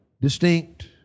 distinct